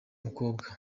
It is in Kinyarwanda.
mukobwa